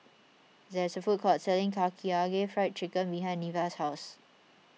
there is a food court selling Karaage Fried Chicken behind Neveah's house